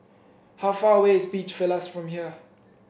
how far away is Beach Villas from here